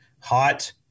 hot